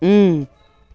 اۭں